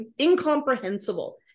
incomprehensible